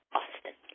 Austin